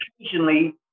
occasionally